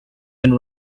been